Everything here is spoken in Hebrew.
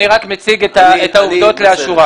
אני רק מציג את העובדות לאשורן.